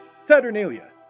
Saturnalia